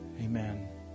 Amen